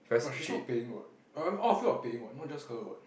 but she's not paying what right all of you are paying what not just her what